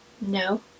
No